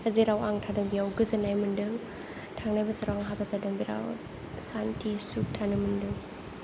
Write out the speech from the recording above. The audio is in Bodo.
जेराव आं थादों बेयाव गोजोननाय मोनदों थांनाय बोसोराव आं हाबा जादों बिराद सान्ति सुख थानो मोनदों